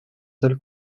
seul